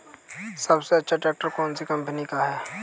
सबसे अच्छा ट्रैक्टर कौन सी कम्पनी का है?